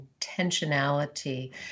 intentionality